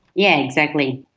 yeah, exactly.